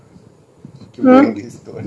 அந்த மாறி சொல்லாத:antha maari sollatha